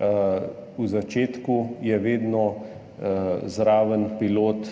v začetku je vedno zraven pilot